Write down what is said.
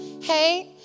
hey